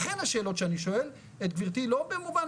לכן השאלות שאני שואל את גברתי לא במובן